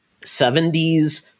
70s